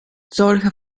solche